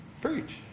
preach